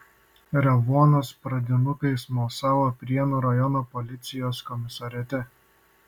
revuonos pradinukai smalsavo prienų rajono policijos komisariate